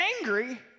angry